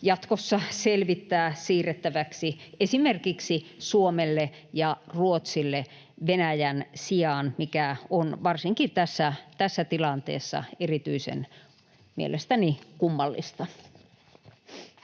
jatkossa selvittää siirrettäväksi esimerkiksi Suomelle ja Ruotsille Venäjän sijaan, mikä on varsinkin tässä tilanteessa mielestäni erityisen kummallista.